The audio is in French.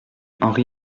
henri